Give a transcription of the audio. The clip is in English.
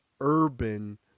urban